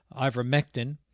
ivermectin